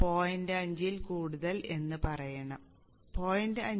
5 ൽ കൂടുതൽ എന്ന് പറയണം 0